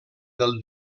del